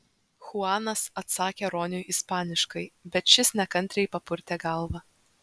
chuanas atsakė roniui ispaniškai bet šis nekantriai papurtė galvą